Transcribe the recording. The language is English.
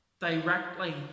directly